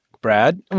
Brad